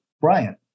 Brian